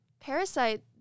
Parasite